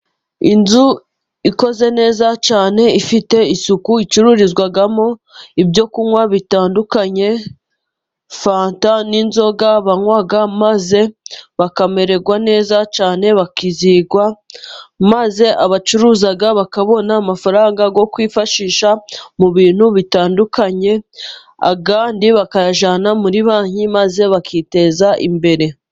Inzu ikoze neza cyane ifite isuku, icururizwamo ibyo kunwa bitandukanye fanta, n'inzoga banwa maze bakamererwa neza cyane bakizihirwa, maze abacuruza bakabona amafaranga yo kwifashisha mu bintu bitandukanye, ayandi bakayajyana muri banki maze bakiteza imbere.